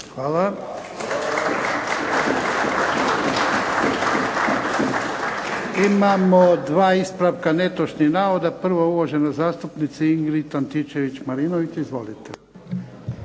Hvala. Imamo dva ispravka netočnih navoda. Prvo uvažena zastupnica Ingrid Antičević-Marinović. Izvolite.